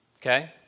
Okay